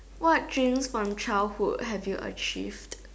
what dreams from childhood have you achieved